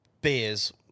beers